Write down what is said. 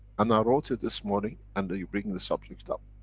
and i wrote it this morning. and you bring the subject up,